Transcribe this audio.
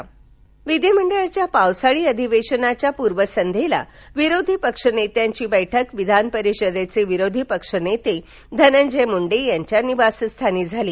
विनोद तावडे विधीमंडळाच्या पावसाळी अधिवेशनाच्या पूर्वसंध्येला विरोधीपक्षनेत्यांची बैठक विधानपरिषदेचे विरोधी पक्ष नेते धनंजय मुंडे यांच्या निवासस्थानी झाली